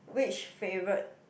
which favourite